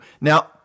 Now